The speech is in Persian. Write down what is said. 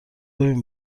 بین